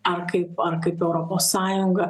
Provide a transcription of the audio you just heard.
ar kaip ar kaip europos sąjunga